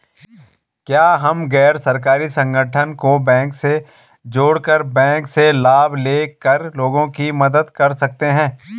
क्या हम गैर सरकारी संगठन को बैंक से जोड़ कर बैंक से लाभ ले कर लोगों की मदद कर सकते हैं?